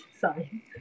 Sorry